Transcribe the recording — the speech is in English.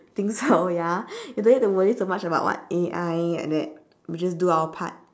think so ya you don't need to worry so much about what A_I like that we just do our part